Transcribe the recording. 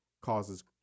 causes